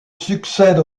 succède